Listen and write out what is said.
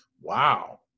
Wow